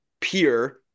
peer